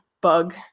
bug